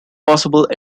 possible